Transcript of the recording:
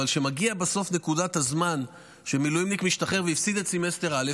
אבל כשמגיעה בסוף נקודת הזמן שמילואימניק משתחרר והפסיד את סמסטר א',